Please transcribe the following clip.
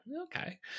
okay